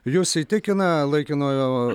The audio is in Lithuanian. jus įtikina laikinojo